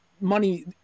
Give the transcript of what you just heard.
money